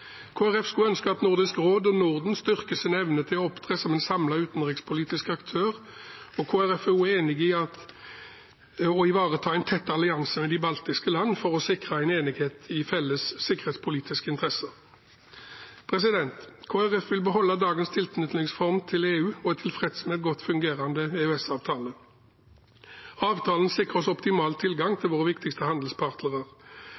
skulle ønske at Nordisk råd og Norden styrket sin evne til å opptre som en samlet utenrikspolitisk aktør. Kristelig Folkeparti er også enig i å ivareta en tett allianse med de baltiske land for å sikre en enighet i felles sikkerhetspolitiske interesser. Kristelig Folkeparti vil beholde dagens tilknytningsform til EU og er tilfreds med en godt fungerende EØS-avtale. Avtalen sikrer oss optimal tilgang